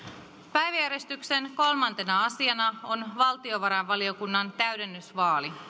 päiväjärjestyksen kolmantena asiana on valtiovarainvaliokunnan täydennysvaali